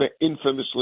infamously